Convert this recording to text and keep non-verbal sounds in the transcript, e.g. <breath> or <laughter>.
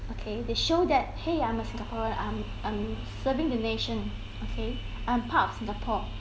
okay this show that !hey! I'm a singaporean I'm I'm serving the nation okay I'm part of singapore <breath>